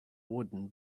wooden